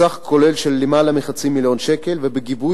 בסך כולל של למעלה מחצי מיליון שקל ובגיבוי